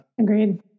agreed